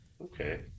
Okay